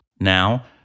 Now